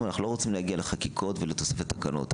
אם אנחנו לא רוצים להגיע לחקיקות ולתוספת תקנות,